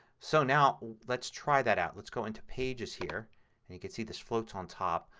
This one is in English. so now let's try that out. let's go into pages here and you can see this floats on top.